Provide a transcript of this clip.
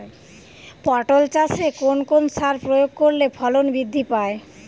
পটল চাষে কোন কোন সার প্রয়োগ করলে ফলন বৃদ্ধি পায়?